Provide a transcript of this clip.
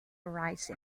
arise